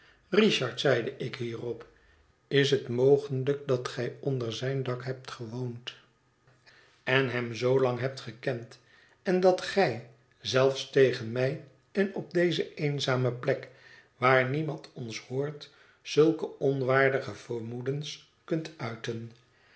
richard zeide ik hierop is het mogelijk dat gij onder zijn dak hebt gewoond en hem zoolang hebt gekend en dat gij zelfs tegen mij en op deze eenzame plek waar niemand ons hoort zulke onwaardige vermoedens kunt uiten